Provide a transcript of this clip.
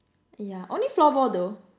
yeah only floorball though